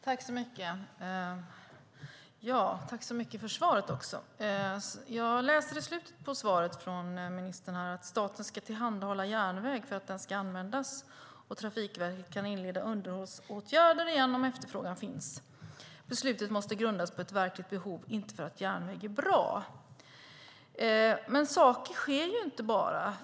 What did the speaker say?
Herr talman! Jag tackar för svaret. I slutet av svaret från ministern hörde vi att staten ska tillhandahålla järnväg för att den ska användas, att Trafikverket kan inleda underhållsåtgärder igen om efterfrågan finns och att beslutet måste grundas på ett verkligt behov och inte på att järnväg är bra. Saker sker dock inte bara.